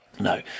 No